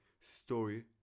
story